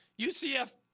UCF